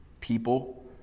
people